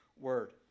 word